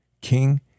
king